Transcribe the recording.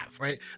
right